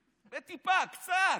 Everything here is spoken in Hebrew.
טיפה, קצת.